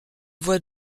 voies